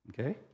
okay